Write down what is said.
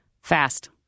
Fast